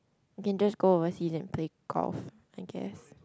you can just go overseas and play golf I guess